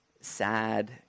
sad